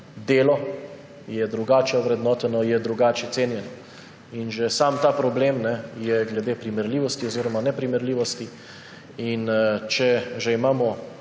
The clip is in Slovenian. delo je drugače ovrednoteno, je drugače cenjeno. Že tu gre za problem primerljivosti oziroma neprimerljivosti. Če že imamo